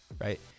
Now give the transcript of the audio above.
right